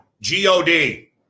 G-O-D